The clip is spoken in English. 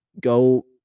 go